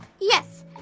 yes